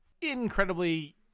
incredibly